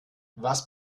was